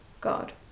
God